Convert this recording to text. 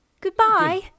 Goodbye